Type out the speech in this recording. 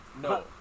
no